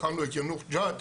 בחרנו את יאנוח ג'ת,